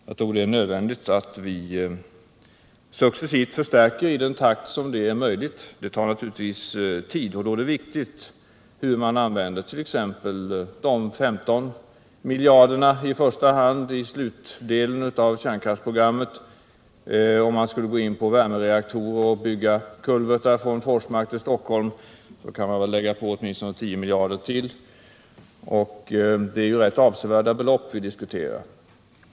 Jag tror det är nödvändigt att vi successivt förstärker våra insatser på den vägen i den takt som det är möjligt. Det tar naturligtvis tid, och då är det viktigt hur man använder t.ex. de 15 miljarderna i slutdelen av kärnkraftsprogrammet. Om man skulle gå in på värmereaktorer och bygga kulvertar från Forsmark till Stockholm finge man lägga på åtminstone 10 miljarder till. Det är alltså rätt avsevärda belopp vi diskuterar.